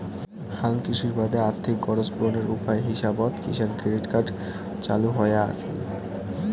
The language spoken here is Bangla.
হালকৃষির বাদে আর্থিক গরোজ পূরণের উপায় হিসাবত কিষাণ ক্রেডিট কার্ড চালু হয়া আছিল